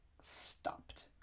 stopped